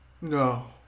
No